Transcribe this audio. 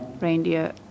reindeer